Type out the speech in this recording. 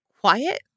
quiet